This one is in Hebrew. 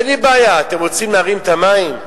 אין לי בעיה, אתם רוצים להרים את המים?